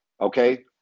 Okay